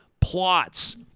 plots